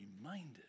reminded